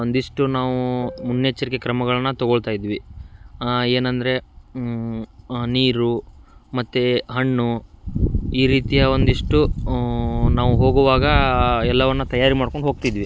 ಒಂದಿಷ್ಟು ನಾವು ಮುನ್ನೆಚ್ಚರಿಕೆ ಕ್ರಮಗಳನ್ನು ತೊಗೊಳ್ತಾ ಇದ್ವಿ ಏನಂದರೆ ನೀರು ಮತ್ತು ಹಣ್ಣು ಈ ರೀತಿಯ ಒಂದಿಷ್ಟು ನಾವು ಹೋಗುವಾಗ ಎಲ್ಲವನ್ನೂ ತಯಾರು ಮಾಡ್ಕೊಂಡು ಹೋಗ್ತಿದ್ವಿ